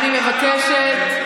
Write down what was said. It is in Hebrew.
אני מבקשת.